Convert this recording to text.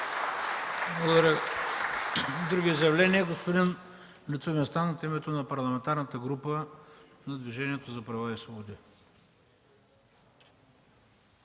Благодаря. Други изявления? Господин Лютви Местан – от името на Парламентарната група на Движението за права и свободи.